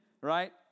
right